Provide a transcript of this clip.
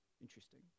Interesting